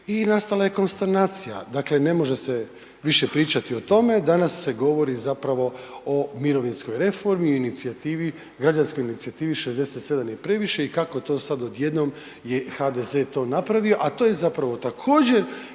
i nastala je konsternacija. Dakle ne može se više pričati o tome, dana se ogovori zapravo o mirovinskoj reformi i građanskoj inicijativi „67 je previše“ i kako to sad odjednom je HDZ to napravio a to je zapravo također